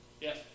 Yes